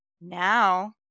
now